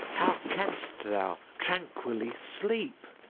how canst thou tranquilly sleep?